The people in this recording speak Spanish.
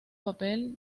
papel